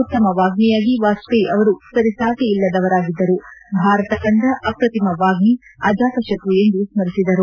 ಉತ್ತಮ ವಾಗ್ಗಿಯಾಗಿ ವಾಜಪೇಯಿ ಅವರು ಸರಿಸಾಟಿಯಿಲ್ಲದವರಾಗಿದ್ದರು ಭಾರತ ಕಂಡ ಅಪ್ರತಿಮ ವಾಗ್ಗಿ ಅಜಾತಶತ್ರು ಎಂದು ಸ್ಪರಿಸಿದರು